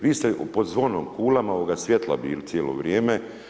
Vi ste pod zonom kulama ovoga svijetla bili cijelo vrijeme.